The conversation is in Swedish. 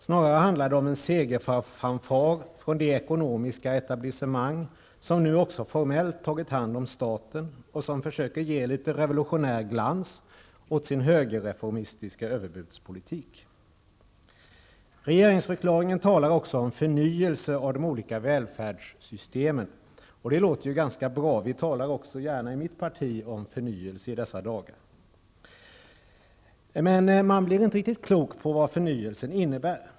Snarare handlar det om en segerfanfar från det ekonomiska etablissemang som nu också formellt tagit hand om staten och försöker ge litet revolutionär glans till sin högerreformistiska överbudspolitik. I regeringsförklaringen talas det också om förnyelse av de olika välfärdssystemen. Det låter ju ganska bra. Vi talar också gärna i mitt parti om förnyelse i dessa dagar. Men man blir inte riktigt klok på vad förnyelsen innebär.